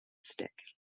stick